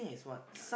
ah